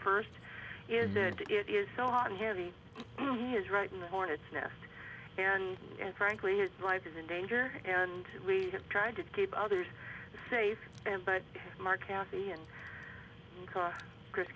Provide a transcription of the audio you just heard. first is it is so hot and heavy is right in the hornet's nest and and frankly his life is in danger and we tried to keep others safe and but mark cathy and chris